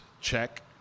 Check